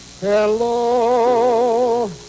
Hello